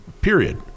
period